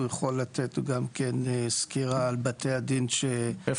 הוא יכול לתת גם כן סקירה על בתי הדין שמאושרים.